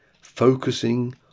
focusing